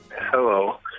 Hello